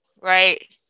Right